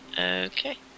Okay